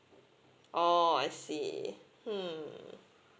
oh I see hmm